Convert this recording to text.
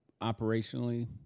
operationally